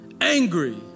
angry